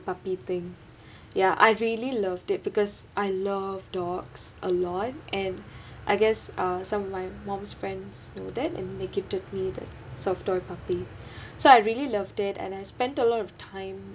puppy thing ya I really loved it because I love dogs a lot and I guess uh some of my mom's friends know that and they gifted me the soft toy puppy so I really loved it and I spent a lot of time